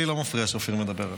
לי לא מפריע שאופיר מדבר.